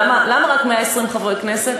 למה רק 120 חברי כנסת?